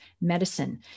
medicine